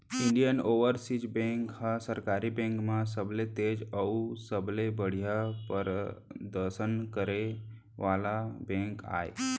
Indian Overseas Bank ह सरकारी bank म सबले तेज अउ सबले बड़िहा परदसन करे वाला बेंक आय